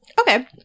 okay